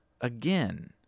again